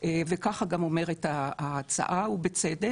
וככה גם אומרת ההצעה ובצדק.